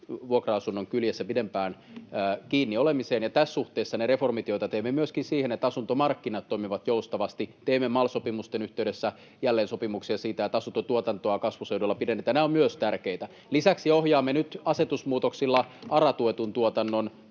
vuokra-asunnon kyljessä kiinni olemiseen. Ja tässä suhteessa ne reformit, joita teemme myöskin siihen, että asuntomarkkinat toimivat joustavasti — teimme MAL-sopimusten yhteydessä jälleen sopimuksia siitä, että asuntotuotantoa kasvuseuduilla pidennetään — ovat myös tärkeitä. Lisäksi ohjaamme nyt asetusmuutoksilla